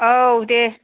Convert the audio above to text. औ दे